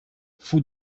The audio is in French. fou